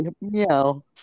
Meow